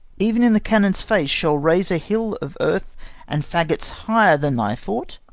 even in the cannon's face, shall raise a hill of earth and faggots higher than thy fort,